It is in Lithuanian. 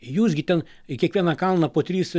jūs gi ten į kiekvieną kalną po trys